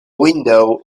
window